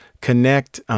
connect